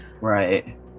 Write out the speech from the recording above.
Right